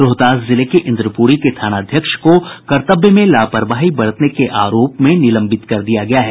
रोहतास जिले में इंद्रपुरी के थानाध्यक्ष को कर्तव्य में लापरवाही बरतने के आरोप में निलंबित कर दिया गया है